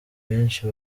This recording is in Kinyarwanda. benshi